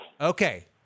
Okay